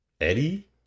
Eddie